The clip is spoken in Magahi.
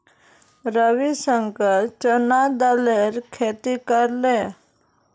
रविशंकर चना दालेर खेती करले